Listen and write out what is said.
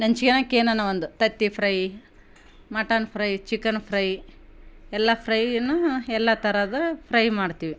ನೆಂಚ್ಯ್ಕನಕ್ಕೆ ಎನನ ಒಂದು ತತ್ತಿ fry mutton fry chicken fry ಎಲ್ಲ ಫ್ರೈನೂ ಎಲ್ಲ ಥರದ ಫ್ರೈ ಮಾಡ್ತೀವಿ